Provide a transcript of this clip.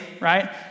right